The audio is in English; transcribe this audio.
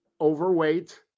overweight